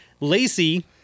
Lacey